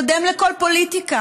קודם לכל פוליטיקה,